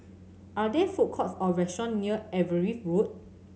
are there food courts or restaurants near Everitt Road